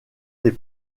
des